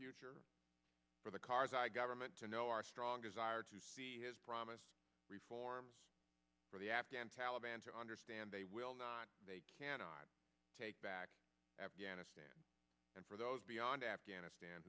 future for the karzai government to know are stronger zire to see his promise reforms for the afghan taliban to understand they will not they cannot take back afghanistan and for those beyond afghanistan